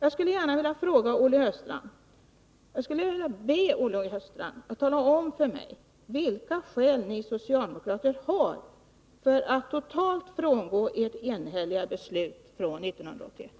Jag skulle vilja be Olle Östrand att tala om för mig vilka skäl ni socialdemokrater har för att totalt frångå ert enhälliga beslut från år 1981.